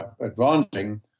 advancing